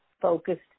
focused